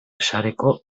sareko